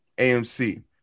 AMC